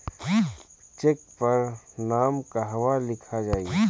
Check पर नाम कहवा लिखल जाइ?